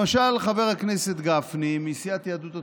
למשל חבר הכנסת גפני מסיעת יהדות התורה,